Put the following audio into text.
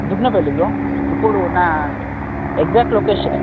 Dupunapalli bro ఇప్పుడు నా exact location